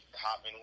hopping